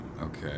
okay